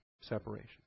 Separation